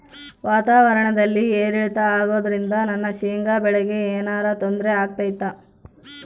ವಾತಾವರಣ ಏರಿಳಿತ ಅಗೋದ್ರಿಂದ ನನ್ನ ಶೇಂಗಾ ಬೆಳೆಗೆ ಏನರ ತೊಂದ್ರೆ ಆಗ್ತೈತಾ?